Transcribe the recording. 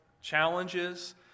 challenges